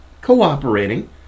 cooperating